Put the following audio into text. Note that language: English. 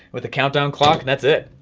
with the countdown clock, that's it.